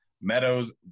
Meadows